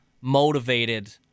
motivated